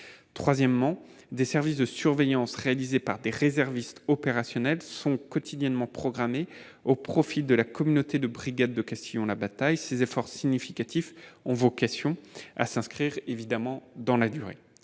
Enfin, des services de surveillance réalisés par des réservistes opérationnels sont quotidiennement programmés au profit de la communauté de brigades de Castillon-la-Bataille. Ces efforts importants ont vocation à s'inscrire dans la durée.